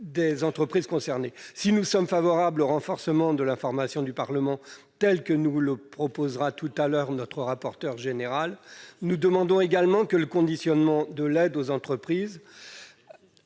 des entreprises concernées. Si nous sommes favorables au renforcement de l'information du Parlement que nous proposera le rapporteur général dans quelques instants, nous demandons également un conditionnement de l'aide aux entreprises,